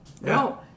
No